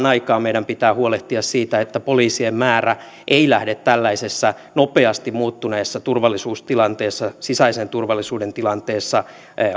aikaan meidän pitää huolehtia siitä että poliisien määrä ei lähde tällaisessa nopeasti muuttuneessa turvallisuustilanteessa sisäisen turvallisuuden tilanteessa